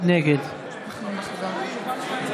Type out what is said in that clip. נגד יוסף שיין,